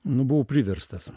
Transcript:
nu buvau priverstas